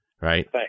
right